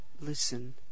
listen